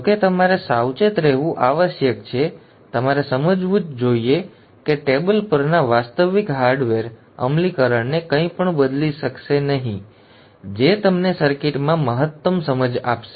જો કે તમારે સાવચેત રહેવું આવશ્યક છે તમારે સમજવું જ જોઇએ કે ટેબલ પરના વાસ્તવિક હાર્ડવેર અમલીકરણને કંઈપણ બદલી શકશે નહીં જે તમને સર્કિટમાં મહત્તમ સમજ આપશે